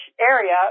area